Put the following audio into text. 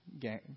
game